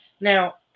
Now